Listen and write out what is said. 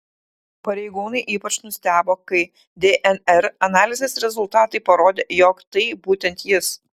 pareigūnai ypač nustebo kai dnr analizės rezultatai parodė jog tai būtent jis